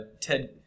Ted